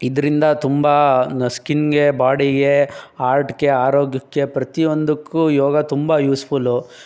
ಇದರಿಂದ ತುಂಬ ಸ್ಕಿನ್ಗೆ ಬಾಡಿಗೆ ಹಾರ್ಟ್ಗೆ ಆರೋಗ್ಯಕ್ಕೆ ಪ್ರತಿ ಒಂದಕ್ಕೂ ಯೋಗ ತುಂಬ ಯೂಸ್ಫುಲು